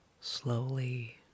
slowly